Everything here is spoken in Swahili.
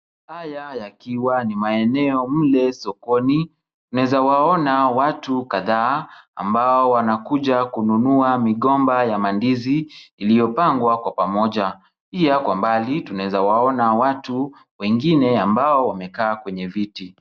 Haya yakiwa ni maeneo mle sokoni, naeza waona watu kadhaa ambao wanakuja kununua migomba ya mandizi iliyopangwa kwa pamoja. Pia kwa mbali tunaezawaona watu wengine ambao wamekaa kwenye viti.